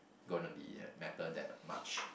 gonna be a matter that much